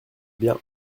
bien